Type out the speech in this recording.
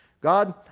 God